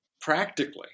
practically